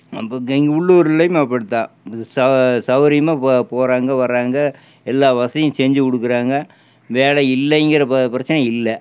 உள்ளூர்லையும் அப்படி தான் சவ்ரியமாக போறாங்க வராங்க எல்லா வசதியும் செஞ்சு கொடுக்குறாங்க வேலை இல்லைங்கிற பிரச்சனை இல்லை